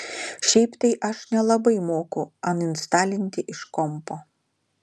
šiaip tai aš nelabai moku aninstalinti iš kompo